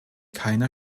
keiner